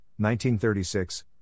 1936